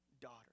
daughter